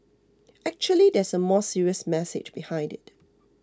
actually there's a more serious message behind it